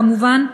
כמובן.